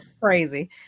crazy